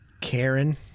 Karen